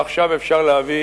ועכשיו אפשר להביא